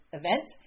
event